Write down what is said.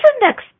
next